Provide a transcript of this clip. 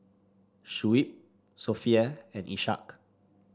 Shuib Sofea and Ishak